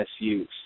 misuse